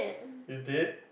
you did